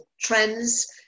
trends